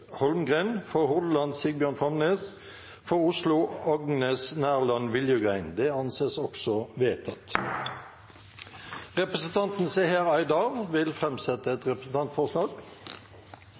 Holmgren For Hordaland: Sigbjørn Framnes For Oslo: Agnes Nærland Viljugrein Representanten Seher Aydar vil framsette et representantforslag.